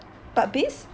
but based